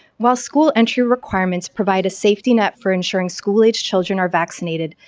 while school entry requirements provide a safety net for ensuring school age children are vaccinated,